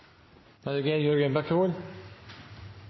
Da er det